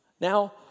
Now